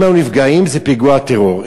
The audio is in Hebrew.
אם היו נפגעים זה פיגוע טרור,